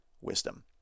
wisdom